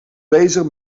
bezig